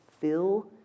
fill